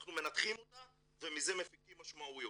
מנתחים את הפלטפורמות של האינפורמציה ומזה מפיקים משמעויות.